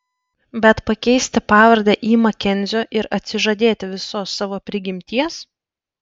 bet pakeisti pavardę į makenzio ir atsižadėti visos savo prigimties